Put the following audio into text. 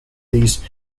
these